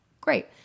Great